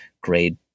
grade